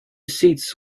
seats